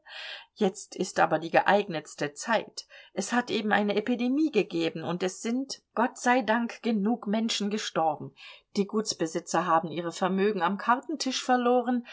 jetzt ist aber die geeignetste zeit es hat eben eine epidemie gegeben und es sind gott sei dank genug menschen gestorben die gutsbesitzer haben ihre vermögen am kartentisch verloren